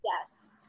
Yes